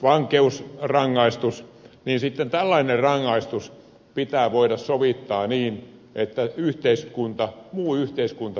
ja sitten tällainen rangaistus pitää voida sovittaa niin että muu yhteiskunta sitä ei tiedä